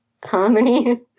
Comedy